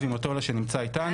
מר אבי מוטולה שנמצא איתנו